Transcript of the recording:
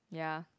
ya